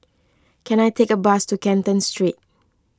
can I take a bus to Canton Street